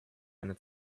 eine